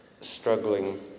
struggling